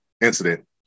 incident